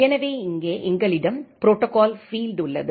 எனவே இங்கே எங்களிடம் ப்ரோடோகால் பீல்ட் உள்ளது